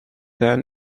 then